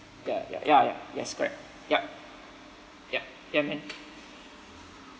ya ya ya ya yes correct yup yup ya man